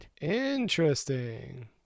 Interesting